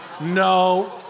no